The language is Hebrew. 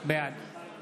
בעד